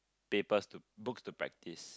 papers to books to practice